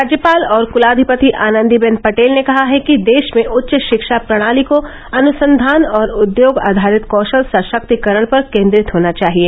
राज्यपाल और कुलाधिपति आनंदीबेन पटेल ने कहा है कि देश में उच्च शिक्षा प्रणाली को अनुसंधान और उद्योग आधारित कौशल सशक्तीकरण पर केंद्रित होना चाहिए